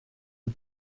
are